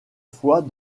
fois